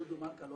דודו מלכא,